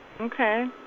Okay